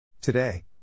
Today